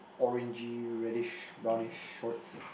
orangey reddish brownish shorts